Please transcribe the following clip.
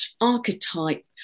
archetype